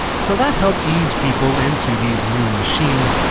so, that helped ease people into these new machines,